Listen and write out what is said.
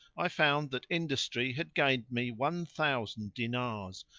i found that industry had gained me one thousand diners,